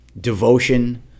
devotion